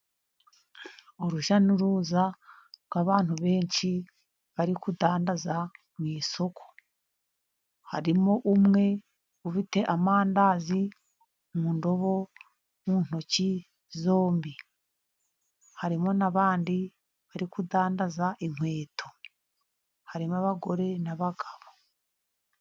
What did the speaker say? Urujya n'uruza rw'abantu benshi bari kudandaza mu isoko .Harimo umwe ufite amandazi mu ndobo mu ntoki zombi ,harimo n'abandi bari kudandaza inkweto ,harimo abagore n'abagabo.